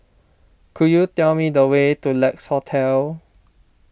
could you tell me the way to Lex Hotel